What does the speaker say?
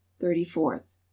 thirty-fourth